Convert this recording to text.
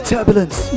Turbulence